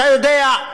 אתה יודע,